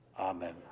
Amen